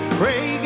pray